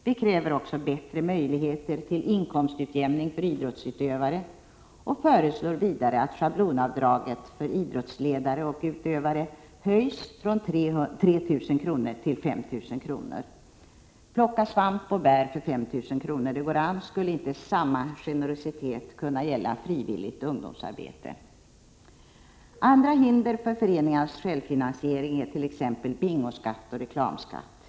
Vi kräver också bättre möjligheter till inkomstutjämning för idrottsutövare och föreslår vidare att schablonavdraget för idrottsledare — och utövare — höjs från 3 000 kr. till 5 000 kr. Plocka svamp och bär för 5 000 kr., det går an. Skulle inte samma generositet kunna gälla frivilligt ungdomsarbete? Andra hinder för föreningarnas självfinansiering är t.ex. bingoskatt och reklamskatt.